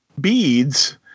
beads